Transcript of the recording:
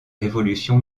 révolution